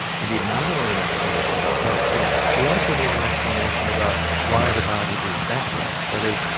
we need not only an explanation about how it works, we also need an explanation about why the body is that way, that is,